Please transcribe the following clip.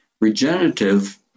Regenerative